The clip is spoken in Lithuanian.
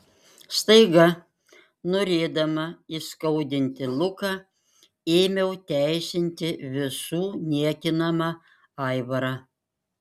staiga norėdama įskaudinti luką ėmiau teisinti visų niekinamą aivarą